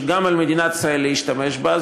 שגם על מדינת ישראל להשתמש בה,